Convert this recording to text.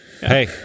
hey